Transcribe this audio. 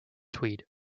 tweed